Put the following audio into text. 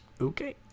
Okay